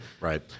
Right